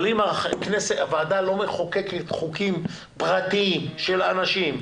אם הוועדה לא מחוקקת חוקים פרטיים של אנשים,